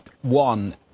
One